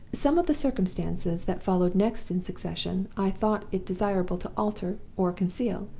some of the circumstances that followed next in succession i thought it desirable to alter or conceal.